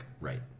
Right